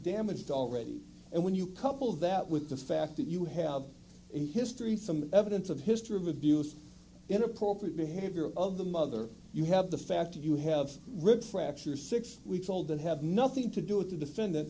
damaged already and when you couple that with the fact that you have a history some evidence of history of abuse inappropriate behavior of the mother you have the fact you have ripped fracture six weeks old and have nothing to do with to defend that